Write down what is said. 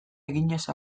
eginez